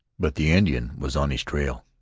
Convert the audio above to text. but the indian was on his trail.